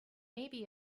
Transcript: maybe